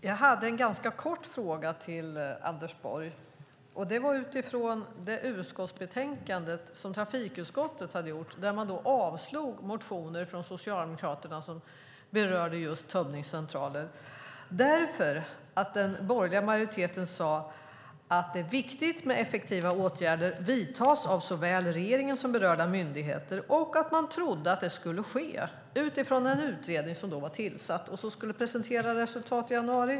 Jag hade en ganska kort fråga till Anders Borg, utifrån det utskottsbetänkande som trafikutskottet hade skrivit där man avstyrkte motioner från Socialdemokraterna som berörde just tömningscentraler därför att den borgerliga majoriteten sade att "det är viktigt att effektiva åtgärder vidtas av såväl regeringen som berörda myndigheter" och att man trodde att detta skulle ske, utifrån en utredning som då var tillsatt och som skulle presentera resultat i januari.